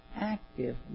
active